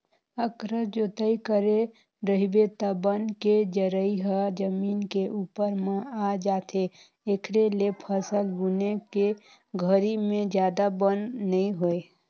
अकरस जोतई करे रहिबे त बन के जरई ह जमीन के उप्पर म आ जाथे, एखरे ले फसल बुने के घरी में जादा बन नइ होय